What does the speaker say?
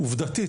עובדתית,